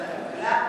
אין נמנעים.